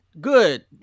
good